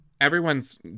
everyone's